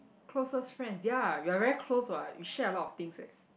closest friend ya we're very close what we share a lot of things eh